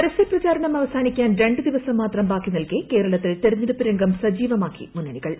പരസൃപ്രചാരണഎഅവസാനിക്കാൻ രണ്ടു ദിവസം ന് മാത്രം ബാക്കിനിൽക്കെ കേരളത്തിൽ തിരഞ്ഞെടുപ്പ് രംഗം സജീവമാക്കി മുന്നണികൾ